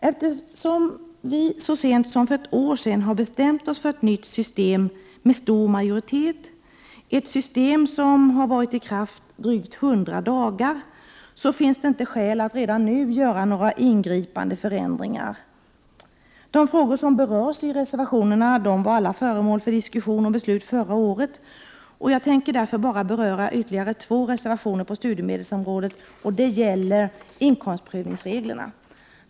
Eftersom vi så sent som för ett år sedan med stor majoritet har bestämt oss för ett nytt system, som har varit i kraft drygt 100 dagar, finns det inte skäl att redan nu göra några ingripande förändringar. De frågor som berörs i reservationerna var alla föremål för diskussion och beslut förra året. Jag tänker därför bara beröra ytterligare två reservationer på studiemedelsområdet som gäller inkomstprövningsreglerna.